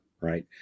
right